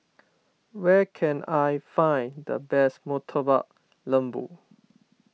where can I find the best Murtabak Lembu